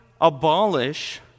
abolish